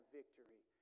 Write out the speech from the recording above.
victory